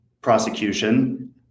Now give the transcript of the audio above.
prosecution